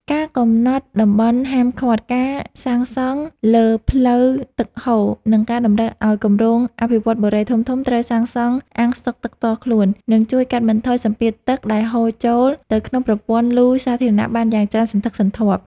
ការកំណត់តំបន់ហាមឃាត់ការសាងសង់លើផ្លូវទឹកហូរ និងការតម្រូវឱ្យគម្រោងអភិវឌ្ឍន៍បុរីធំៗត្រូវសាងសង់អាងស្តុកទឹកផ្ទាល់ខ្លួន នឹងជួយកាត់បន្ថយសម្ពាធទឹកដែលហូរចូលទៅក្នុងប្រព័ន្ធលូសាធារណៈបានយ៉ាងច្រើនសន្ធឹកសន្ធាប់។